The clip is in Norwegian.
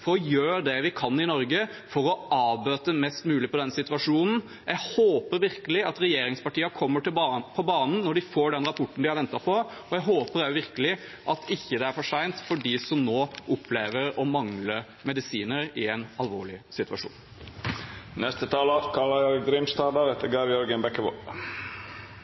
å gjøre det vi kan i Norge for å avbøte situasjonen mest mulig. Jeg håper virkelig at regjeringspartiene kommer på banen når de får den rapporten de har ventet på, og jeg håper virkelig at det ikke er for sent for dem som nå opplever å mangle medisiner i en alvorlig situasjon.